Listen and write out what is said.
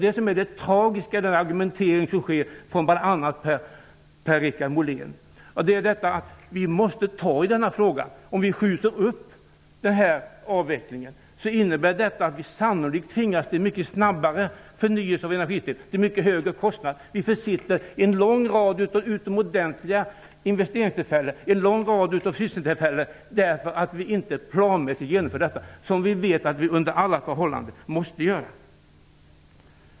Detta är det tragiska i den argumentering som görs av bl.a. Per-Richard Molén att han inte förstår att vi måste ta i denna fråga. Om vi skjuter upp avvecklingen innebär detta att vi sannolikt tvingas till mycket snabbare förnyelse av energisystemet till mycket högre konstnader. Vi försitter en lång rad av utomordentliga investeringstillfällen och sysselsättningstillfällen därför att vi inte planmässigt genomför det som vi vet att vi under alla förhållanden måste göra.